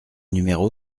numéro